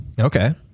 Okay